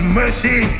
mercy